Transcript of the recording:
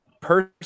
person